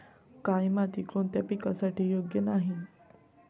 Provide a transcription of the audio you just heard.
काळी माती कोणत्या पिकासाठी योग्य नाही?